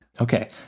okay